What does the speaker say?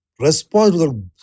responsible